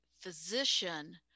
physician